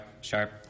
sharp